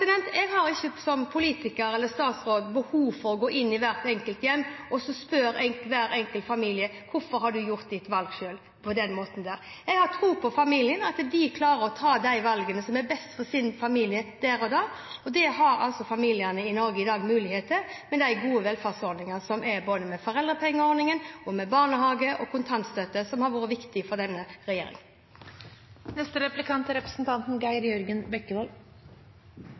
enklere. Jeg har ikke som politiker eller statsråd behov for å gå inn i hvert enkelt hjem og spørre hver enkelt familie: «Hvorfor har du gjort ditt valg selv, på den måten?» Jeg har tro på familiene, på at de klarer å ta de valgene som er best for deres familie der og da. Det har altså familiene i Norge i dag mulighet til med de gode velferdsordningene – både foreldrepengeordning, barnehage og kontantstøtte, som har vært viktig for denne regjeringen. I meldingen er